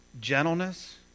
gentleness